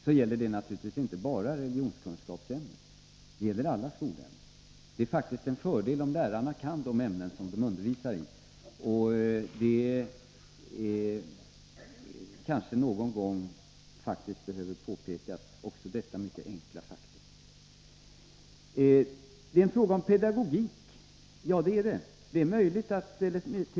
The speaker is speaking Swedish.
Det gäller naturligtvis inte bara religionskunskapsämnet utan alla skolämnen. Det är faktiskt en fördel om lärarna kan de ämnen som de undervisar i. Någon gång kanske också detta mycket enkla faktum behöver påpekas. Det är en fråga om pedagogik, sade Evert Svensson. Ja, det är det.